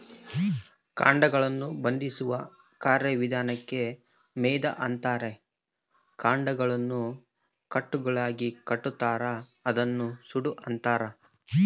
ಕಾಂಡಗಳನ್ನು ಬಂಧಿಸುವ ಕಾರ್ಯವಿಧಾನಕ್ಕೆ ಮೆದೆ ಅಂತಾರ ಕಾಂಡಗಳನ್ನು ಕಟ್ಟುಗಳಾಗಿಕಟ್ಟುತಾರ ಅದನ್ನ ಸೂಡು ಅಂತಾರ